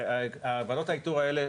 ועדות האיתור האלה,